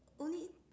only